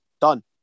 done